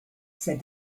said